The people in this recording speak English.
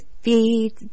feed